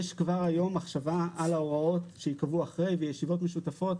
יש כבר היום מחשבה על ההוראות שייקבעו אחרי כן בישיבות משותפות,